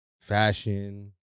fashion